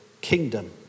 kingdom